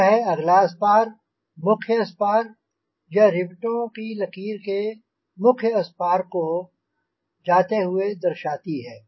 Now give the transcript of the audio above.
यह है अगला स्पार मुख्य स्पार यह रिवेटों की लकीर मुख्य स्पार को जाते हुए दर्शाती है